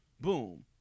boom